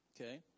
Okay